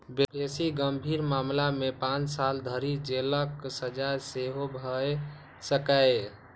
बेसी गंभीर मामला मे पांच साल धरि जेलक सजा सेहो भए सकैए